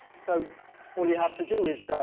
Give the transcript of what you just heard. so all you have to do is.